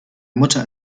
mutter